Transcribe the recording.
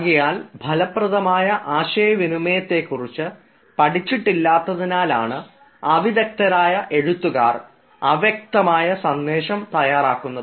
ആകയാൽ ഫലപ്രദമായ ആശയവിനിമയത്തെക്കുറിച്ച് പഠിച്ചിട്ടില്ലാത്തതിനാലാണ് അവിദഗ്ദ്ധരായ എഴുത്തുകാർ അവ്യക്തമായ സന്ദേശം തയ്യാറാക്കുന്നത്